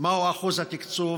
מהו אחוז התקצוב